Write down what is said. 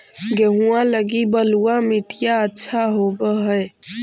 गेहुआ लगी बलुआ मिट्टियां अच्छा होव हैं?